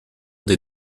des